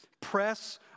press